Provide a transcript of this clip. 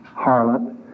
harlot